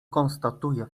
konstatuje